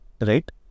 Right